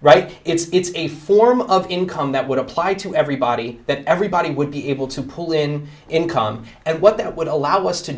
right it's a form of income that would apply to everybody that everybody would be able to pull in income and what that would allow us to